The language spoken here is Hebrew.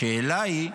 השאלה היא,